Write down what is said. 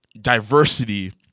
diversity